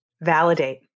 validate